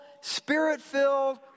spirit-filled